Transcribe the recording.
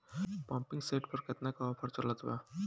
Pumping set पर केतना के ऑफर चलत बा?